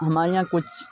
ہمارے یہاں کچھ